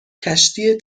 کشتی